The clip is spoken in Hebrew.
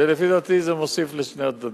ולפי דעתי זה מוסיף לשני הצדדים.